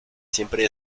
siempre